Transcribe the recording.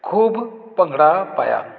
ਖੂਬ ਭੰਗੜਾ ਪਾਇਆ